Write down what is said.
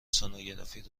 سنوگرافی